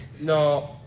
No